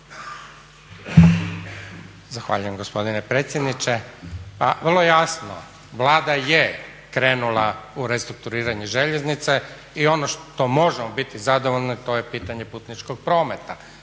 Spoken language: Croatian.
Zahvaljujem gospodine predsjedniče. Pa vrlo jasno, Vlada je krenula u restrukturiranje željeznice i ono što možemo biti zadovoljni to je pitanje putničkog prometa.